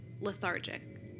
lethargic